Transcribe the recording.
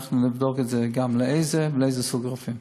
אנחנו נבדוק גם לאיזה סוגי רופאים.